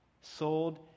sold